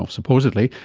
supposedly,